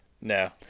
no